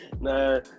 No